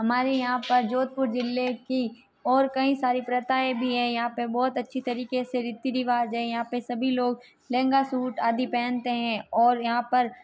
हमारे यहाँ पर जोधपुर ज़िले की और कई सारी प्रथाएँ भी है यहाँ पर बहुत अच्छी तरीके से रीति रिवाज है यहाँ पर सभी लोग लहंगा सूट आदि पहनते हैं और यहाँ पर